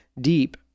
deep